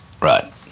Right